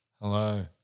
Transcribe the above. Hello